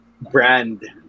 brand